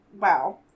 wow